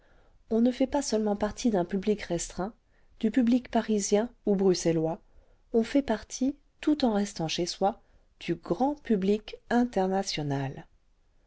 on ne fait pas seulement partie d'un pubbc restreint du public parisien ou bruxellois on fait partie tout en restant chez soi du grand pubbc international